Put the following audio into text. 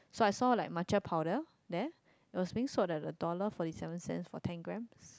so I saw like matcha powder there it was being sold at a dollar forty seven cents for ten grams